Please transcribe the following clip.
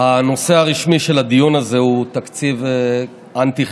הנושא הרשמי של הדיון הזה הוא תקציב אנטי-חברתי,